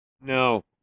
No